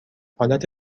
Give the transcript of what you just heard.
حالت